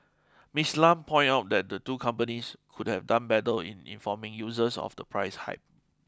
Ms Lam pointed out that the two companies could have done better in informing users of the price hike